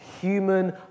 human